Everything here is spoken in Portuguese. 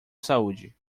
saúde